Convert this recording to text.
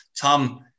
Tom